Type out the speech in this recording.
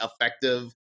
effective